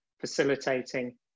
facilitating